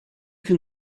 can